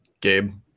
Gabe